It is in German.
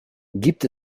gibt